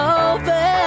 over